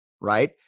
right